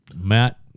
Matt